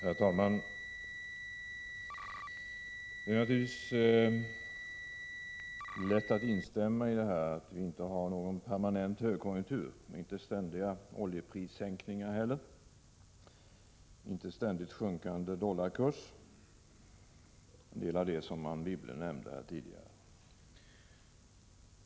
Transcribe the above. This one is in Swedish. Herr talman! Det är naturligtvis lätt att instämma i att vi inte har någon permanent högkonjunktur och inte heller några ständiga oljeprissänkningar eller en ständigt sjunkande dollarkurs — en del av det Anne Wibble nämnde tidigare.